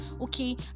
okay